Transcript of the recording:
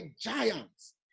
giants